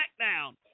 smackdown